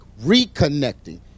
reconnecting